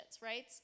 right